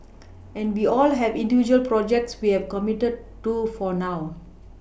and we all have individual projects we have committed to for now